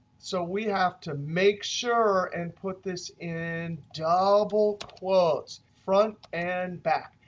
so we have to make sure and put this in double quotes, front and back.